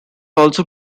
also